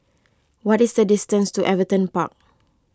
what is the distance to Everton Park